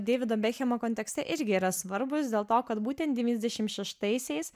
deivido bekhemo kontekste irgi yra svarbūs dėl to kad būtent devyniasdešim šeštaisiais